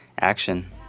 action